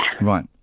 right